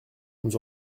nous